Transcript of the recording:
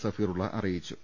സഫീറുള്ള അറിയിച്ചു